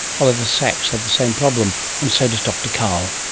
oliver sacks had the same problem and so does dr karl.